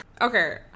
Okay